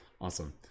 Awesome